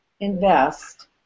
invest